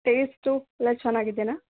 taste ಎಲ್ಲ ಚೆನ್ನಾಗಿದೆಯಾ